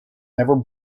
never